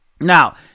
Now